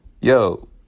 Yo